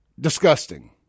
Disgusting